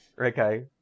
Okay